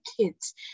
kids